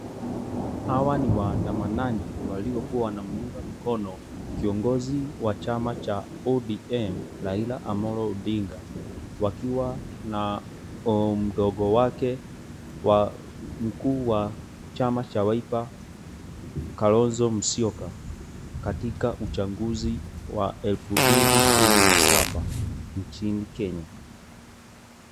Hawa ni waandamanaji waliokuwa wanamuunga mkono kiongozi wa chama cha ODM Raila Omolo Odinga wakiwa na mdogo wake wa mkuu wa chama cha Waipa Kalonzo Musyoka katika uchaguzi wa 2017 nchini Kenya.